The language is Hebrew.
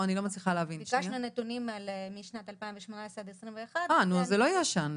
אנחנו ביקשנו נתונים על שנת 2018 עד 2021 --- אז זה לא ישן.